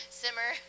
simmer